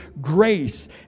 grace